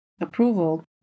approval